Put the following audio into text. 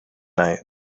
night